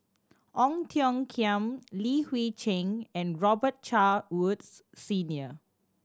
Ong Tiong Khiam Li Hui Cheng and Robet Carr Woods Senior